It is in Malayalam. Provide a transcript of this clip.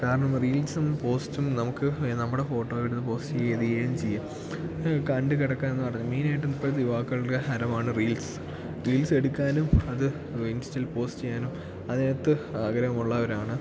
കാരണം റീൽസും പോസ്റ്റും നമുക്ക് നമ്മുടെ ഫോട്ടോയെടുത്ത് പോസ്റ്റ് ചെയ്ത് ചെയ്യുകയും ചെയ്യാം കണ്ടു കിടക്കാമെന്നു പറഞ്ഞാൽ മെയിനായിട്ടും ഇപ്പോഴത്തെ യുവാക്കളുടെ ഹരമാണ് റീൽസ് റീൽസെടുക്കാനും അത് ഇൻസ്റ്റയിൽ പോസ്റ്റ് ചെയ്യാനും അതിനകത്ത് ആഗ്രഹമുള്ളവരാണ്